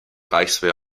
reichswehr